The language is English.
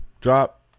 Drop